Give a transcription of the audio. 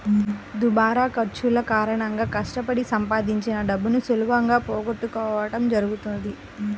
దుబారా ఖర్చుల కారణంగా కష్టపడి సంపాదించిన డబ్బును సులువుగా పోగొట్టుకోడం జరుగుతది